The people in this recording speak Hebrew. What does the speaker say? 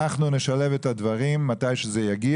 אנחנו נשלב את הדברים כשהדוח יגיע.